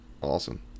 awesome